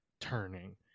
turning